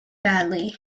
badly